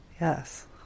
yes